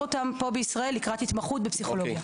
אותם פה בישראל לקראת התמחות בפסיכולוגיה.